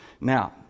Now